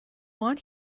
want